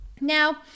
Now